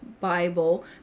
Bible